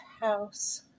house